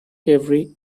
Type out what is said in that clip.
every